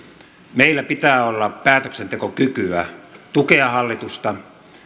meillä pitää olla päätöksentekokykyä tukea hallitusta